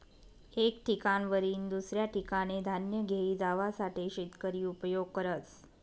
एक ठिकाणवरीन दुसऱ्या ठिकाने धान्य घेई जावासाठे शेतकरी उपयोग करस